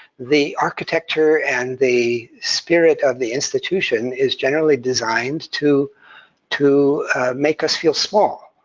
the architecture and the spirit of the institution is generally designed to to make us feel small,